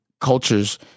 cultures